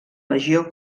legió